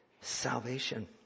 salvation